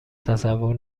تصور